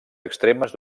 extremes